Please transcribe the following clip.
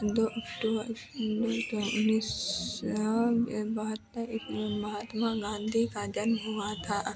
दो अक्टूबर दो उन्नीस सौ ए बहत्तर एक महात्मा गाँधी का जन्म हुआ था